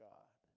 God